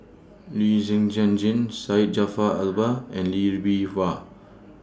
Lee Zhen Zhen Jane Syed Jaafar Albar and Lee Bee Wah